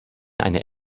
eine